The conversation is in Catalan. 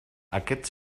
aquest